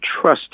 trust